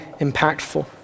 impactful